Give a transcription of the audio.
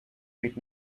right